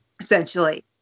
essentially